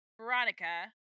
Veronica